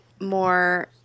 more